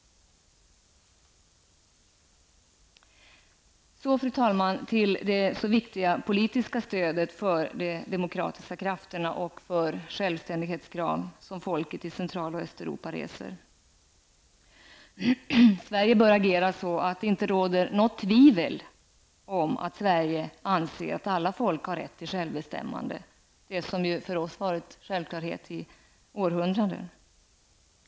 Så, fru talman, till det så viktiga politiska stödet för de demokratiska krafterna och för de självständighetskrav som folket i Central och Östeuropa reser. Sverige bör agera så att det inte råder något tvivel om att Sverige anser att alla folk har rätt till självbestämmande, något som för oss har varit en självklarhet i århundranden.